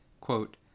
quote